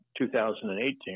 2018